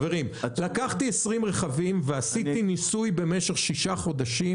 לקחתי 20 רכבים ועשיתי ניסוי במשך שישה חודשים,